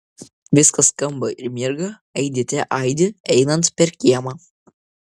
viskas skamba ir mirga aidėte aidi einant per kiemą